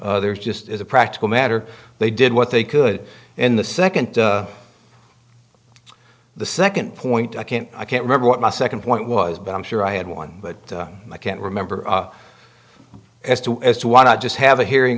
there's just as a practical matter they did what they could in the second the second point i can't i can't remember what my second point was but i'm sure i had one but i can't remember as to as to why not just have a